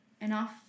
enough